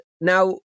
now